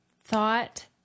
thought